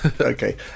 Okay